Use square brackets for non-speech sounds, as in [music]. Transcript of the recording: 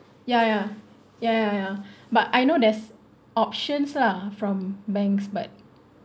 ya ya ya ya ya [breath] but I know there's options lah from banks but